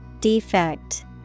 Defect